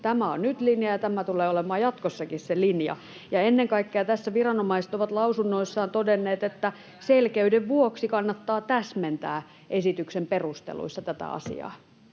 oikealta] ja tämä tulee olemaan jatkossakin se linja. Ja ennen kaikkea tässä viranomaiset ovat lausunnoissaan todenneet, että selkeyden vuoksi kannattaa täsmentää esityksen perusteluissa tätä asiaa.